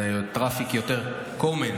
זה טראפיק יותר גבוה.